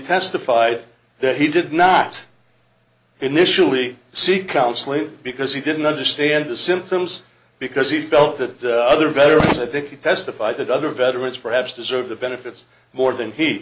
testified that he did not initially seek counseling because he didn't understand the symptoms because he felt that other veterans i think testify that other veterans perhaps deserve the benefits more than he